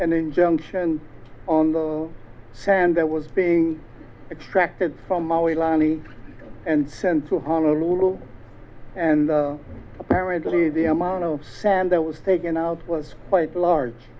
n injunction on the sand that was being extracted from our lani and sent to honolulu and apparently the amount of sand that was taken out was quite large